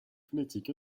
phonétique